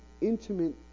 intimate